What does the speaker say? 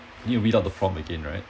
you without the prompt again right